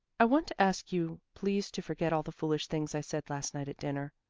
i want to ask you please to forget all the foolish things i said last night at dinner.